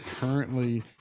currently